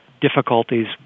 difficulties